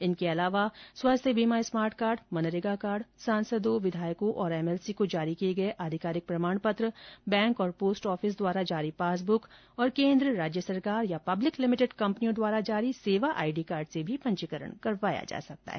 इनके अलावा स्वास्थ्य बीमा स्मार्ट कार्ड मनरेगा कार्ड सांसदों विधायकों तथा एमएलसी को जारी किए गए आधिकारिक प्रमाण पत्र बैंक और पोस्ट ऑफिस द्वारा जारी पास ब्रक तथा केन्द्र राज्य सरकार या पब्लिक लिमिटेड कंपनियों द्वारा जारी सेवा आईडी कार्ड से भी पंजीकरण करवाया जा सकता है